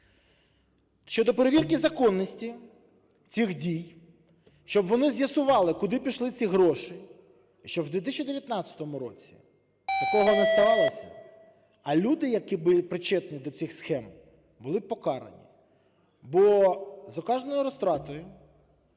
щодо перевірки законності цих дій, щоб вони з'ясували, куди пішли ці гроші, щоб у 2019 році такого не сталося, а люди, які були причетні до цих схем, були покарані, бо за кожною розтратою